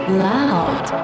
loud